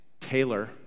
Taylor